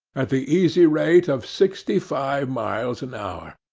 at the easy rate of sixty-five miles an hour,